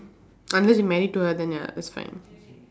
unless you married to her then ya that's fine